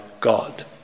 God